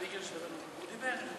הוא דיבר?